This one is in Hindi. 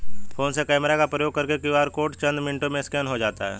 फोन के कैमरा का प्रयोग करके क्यू.आर कोड चंद मिनटों में स्कैन हो जाता है